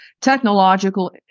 technological